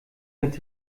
mit